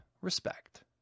respect